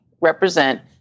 represent